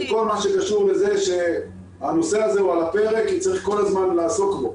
הנושא הזה הוא על הפרק, כי צריך כל הזמן לעסוק בו.